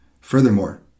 Furthermore